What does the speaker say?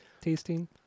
tasting